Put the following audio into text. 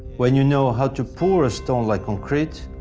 when you know how to pour a stone like concrete,